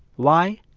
why?